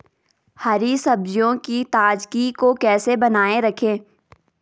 हरी सब्जियों की ताजगी को कैसे बनाये रखें?